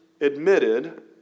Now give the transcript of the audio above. admitted